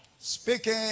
speaking